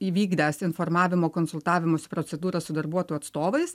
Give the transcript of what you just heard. įvykdęs informavimo konsultavimosi procedūrą su darbuotojų atstovais